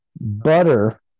butter